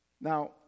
Now